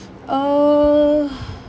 err